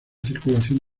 circulación